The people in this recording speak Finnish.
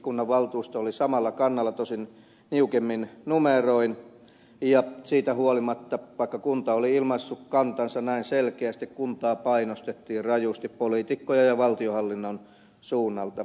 kunnanvaltuusto oli samalla kannalla toisin niukemmin numeroin mutta siitä huolimatta että kunta oli ilmaissut kantansa näin selkeästi kuntaa painostettiin rajusti poliitikkojen ja valtionhallinnon suunnalta